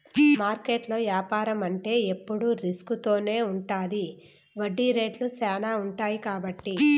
మార్కెట్లో యాపారం అంటే ఎప్పుడు రిస్క్ తోనే ఉంటది వడ్డీ రేట్లు శ్యానా ఉంటాయి కాబట్టి